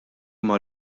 mar